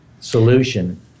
solution